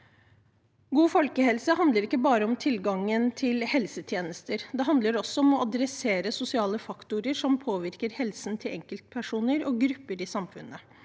God folkehelse handler ikke bare om tilgangen til helsetjenester, det handler også om å gjøre noe med sosiale faktorer som påvirker helsen til enkeltpersoner og grupper i samfunnet.